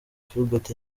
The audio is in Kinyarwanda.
philbert